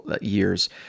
years